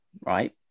right